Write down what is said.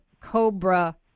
Cobra